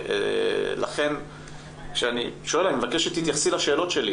ולכן כשאני שואל אני מבקש שתתייחסי לשאלות שלי.